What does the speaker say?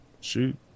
shoot